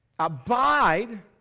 Abide